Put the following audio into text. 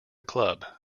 club